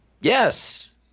Yes